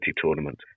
tournament